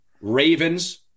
Ravens